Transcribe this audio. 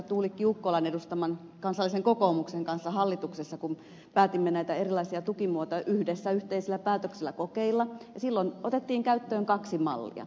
tuulikki ukkolan edustaman kansallisen kokoomuksen kanssa hallituksessa kun päätimme näitä erilaisia tukimuotoja yhdessä yhteisellä päätöksellä kokeilla ja silloin otettiin käyttöön kaksi mallia